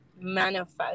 manifest